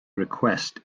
request